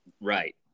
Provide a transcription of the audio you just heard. Right